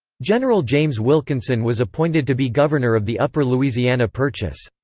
general james wilkinson was appointed to be governor of the upper louisiana purchase.